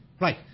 Right